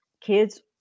kids